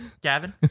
Gavin